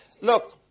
Look